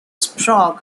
sprague